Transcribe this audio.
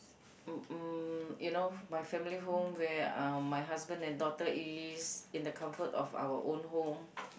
mm mm you know my family home where uh my husband and daughter is in the comfort of our own home